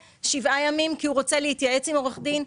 שבעה ימים כי הוא רוצה להתייעץ עם עורך דין,